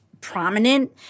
prominent